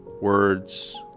words